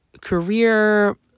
career